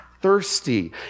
thirsty